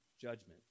judgment